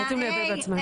רוצים לייבא בעצמנו.